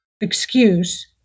Excuse